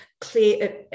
clear